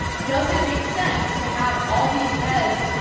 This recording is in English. does it make sense to have all these beds,